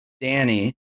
Danny